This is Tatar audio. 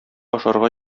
ашарга